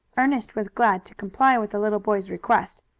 ernest was glad to comply with the little boy's request,